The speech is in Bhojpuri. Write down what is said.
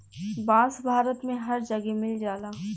बांस भारत में हर जगे मिल जाला